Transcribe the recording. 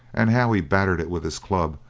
and how he battered it with his club,